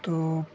तो